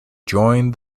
joined